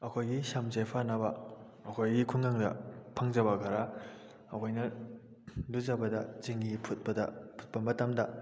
ꯑꯩꯈꯣꯏꯒꯤ ꯁꯝꯁꯦ ꯐꯅꯕ ꯑꯩꯈꯣꯏꯒꯤ ꯈꯨꯡꯒꯪꯗ ꯐꯪꯖꯕ ꯈꯔ ꯑꯩꯈꯣꯏꯅ ꯂꯨꯖꯕꯗ ꯆꯦꯡꯍꯤ ꯐꯨꯠꯄꯗ ꯐꯨꯠꯄ ꯃꯇꯝꯗ